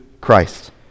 Christ